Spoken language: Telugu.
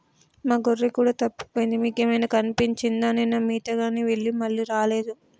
మా గొర్రె కూడా తప్పిపోయింది మీకేమైనా కనిపించిందా నిన్న మేతగాని వెళ్లి మళ్లీ రాలేదు